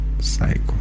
Cycle